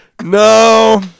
No